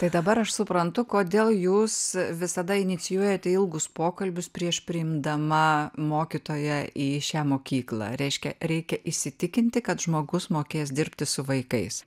tai dabar aš suprantu kodėl jūs visada inicijuojate ilgus pokalbius prieš priimdama mokytoją į šią mokyklą reiškia reikia įsitikinti kad žmogus mokės dirbti su vaikais